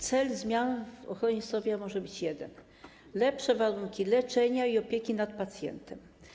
Cel zmian w ochronie zdrowia może być jeden: lepsze warunki leczenia i opieki nad pacjentem.